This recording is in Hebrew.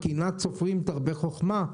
"קנאת סופרים תרבה חכמה",